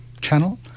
channel